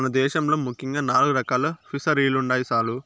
మన దేశంలో ముఖ్యంగా నాలుగు రకాలు ఫిసరీలుండాయి సారు